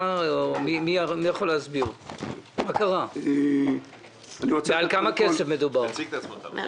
על כמה כסף מדובר?